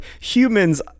humans